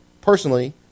personally